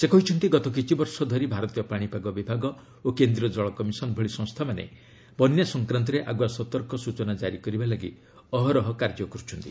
ସେ କହିଛନ୍ତି ଗତ କିଛି ବର୍ଷ ଧରି ଭାରତୀୟ ପାଣିପାଗ ବିଭାଗ ଓ କେନ୍ଦ୍ରୀୟ ଜଳ କମିଶନ୍ ଭଳି ସଂସ୍ଥାମାନେ ବନ୍ୟା ସଂକ୍ରାନ୍ତରେ ଆଗୁଆ ସତର୍କ ସୂଚନା କାରି କରିବାପାଇଁ ଅହରହ କାର୍ଯ୍ୟ କରୁଛନ୍ତି